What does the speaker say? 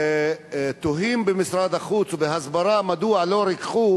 ותוהים במשרד החוץ ובהסברה מדוע לא ריככו